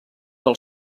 del